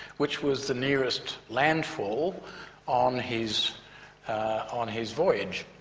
which was the nearest landfall on his on his voyage.